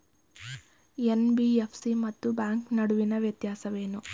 NBFC ಮತ್ತು bank ನಡುವಿನ ವ್ಯತ್ಯಾಸವೇನು?